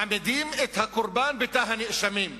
זה שמעמידים את הקורבן בתא הנאשמים.